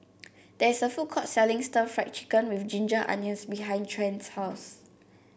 there is a food court selling Stir Fried Chicken with Ginger Onions behind Trent's house